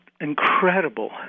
incredible